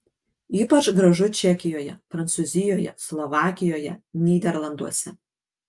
ypač gražu čekijoje prancūzijoje slovakijoje nyderlanduose